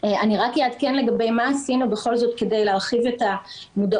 רק אעדכן לגבי מה עשינו בכל זאת כדי להרחיב את המודעות,